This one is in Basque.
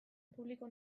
publiko